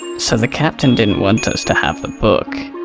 so the captain didn't want us to have the book,